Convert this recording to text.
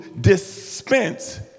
dispense